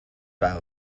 par